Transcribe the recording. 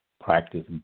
practice